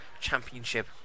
Championship